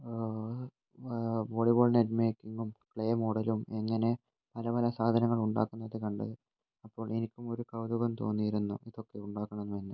volleyball net മേക്കിങ്ങും clay മോഡലും എങ്ങനെ പല പല സാധനങ്ങൾ ഉണ്ടാക്കുന്നത് കണ്ട് അപ്പോൾ എനിക്കും ഒരു കൗതുകം തോന്നിയിരുന്നു ഇതൊക്കെ ഉണ്ടാക്കണമെന്ന്